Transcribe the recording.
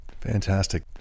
fantastic